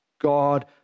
God